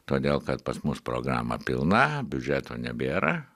todėl kad pas mus programa pilna biudžeto nebėra